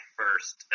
first